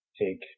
take